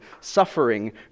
suffering